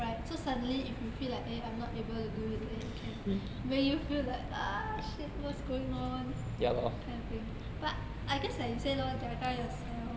right so suddenly if you feel like eh I'm not able to do it then it can make you feel like ah shit what's going on kind of thing but I guess like you said lor jaga yourself